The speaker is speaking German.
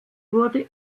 wurde